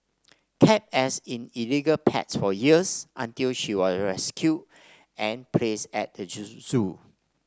kept as in illegal pet for years until she was rescued and placed at the zoo